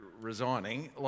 resigning